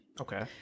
Okay